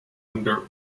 under